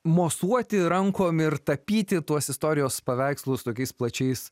mosuoti rankom ir tapyti tuos istorijos paveikslus tokiais plačiais